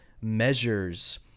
measures